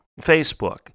Facebook